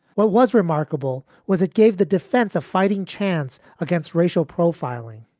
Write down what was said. what was remarkable was it gave the defense a fighting chance against racial profiling